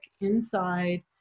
inside